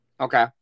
Okay